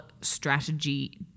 strategy